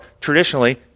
traditionally